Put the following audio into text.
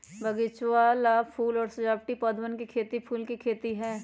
बगीचवन ला फूल और सजावटी पौधवन के खेती फूल के खेती है